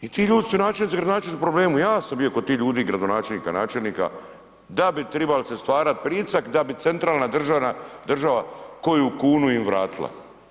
I ti ljudi su načelnici, gradonačelnici u problemu, ja sam bio kod tih ljudi gradonačelnika, načelnika da bi tribali stvarati pritisak da bi centralna država koju kunu im vratila.